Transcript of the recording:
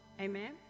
Amen